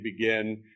begin